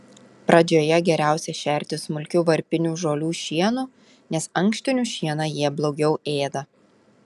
pradžioje geriausia šerti smulkiu varpinių žolių šienu nes ankštinių šieną jie blogiau ėda